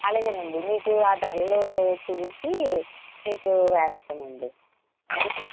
అలాగేనండి మీకు ఆ ధరలు చూసి మీకు వేస్తామండీ సరేనా